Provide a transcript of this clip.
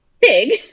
big